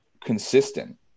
consistent